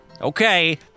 Okay